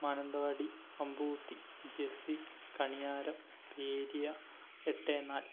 Mananthavady Ambuthi J C Kaniyaram Periya Ettenal